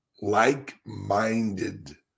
like-minded